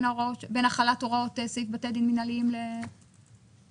בין החלת הוראות חוק בתי דין מינהליים לבין מה שנקבע כאן?